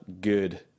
good